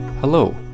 Hello